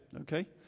okay